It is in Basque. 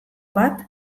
bat